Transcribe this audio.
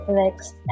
next